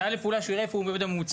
הנעה לפעולה שהוא יראה איפה עומד הממוצע.